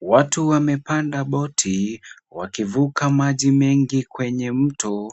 Watu wamepanda boti wakivuka maji mengi kwenye mto.